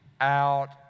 out